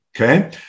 Okay